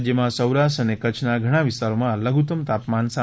રાજ્યમાં સૌરાષ્ટ્ર અને કચ્છના ઘણા વિસ્તારોમાં લધુત્તમ તાપમાન સામાન્ય